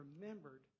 remembered